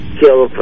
kill